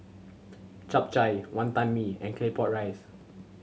Chap Chai Wonton Mee and Claypot Rice